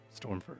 Stormford